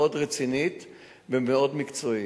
מאוד רצינית.